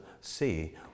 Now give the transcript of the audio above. see